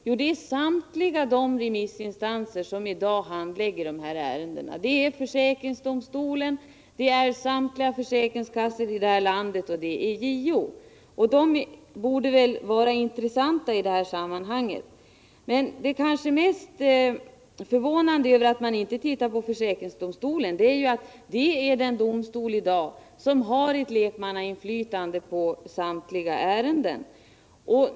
Jo, det är samtliga de remissinstanser som i dag handlägger dessa ärenden, nämligen försäkringsdomstolen, alla försäkringskassor i landet och JO, och de bör väl vara intressanta i sammanhanget. Det kanske mest förvånande är att man fäster så litet avseende vid vad försäkringsdomstolen säger. Det är ju en domstol med lekmannainflytande i samtliga ärenden.